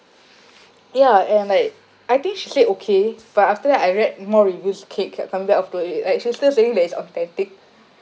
ya and like I think she said okay but after that I read more reviews okay coming back afterwards like she's still saying that it's authentic